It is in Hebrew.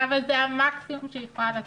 אבל זה המקסימום שהיא יכולה לתת.